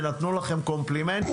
ונתנו לכם קומפלימנטים,